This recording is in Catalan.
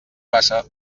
passa